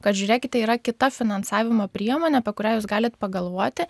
kad žiūrėkite yra kita finansavimo priemonė apie kurią jūs galit pagalvoti